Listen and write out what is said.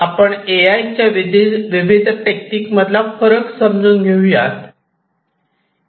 आपण A I च्या विविध टेक्निक मधला फरक समजून घेऊयात